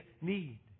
need